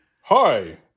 Hi